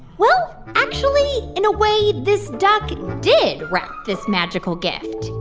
well, actually, in a way, this duck did wrap this magical gift.